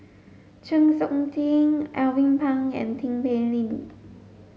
Chng Seok Tin Alvin Pang and Tin Pei Ling